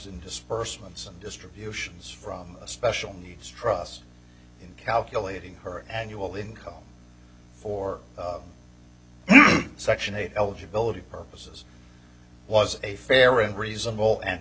in dispersement some distributions from a special needs trust in calculating her annual income for section eight eligibility purposes was a fair and reasonable and